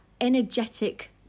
energetic